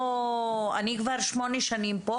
אני כבר שמונה שנים פה,